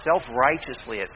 self-righteously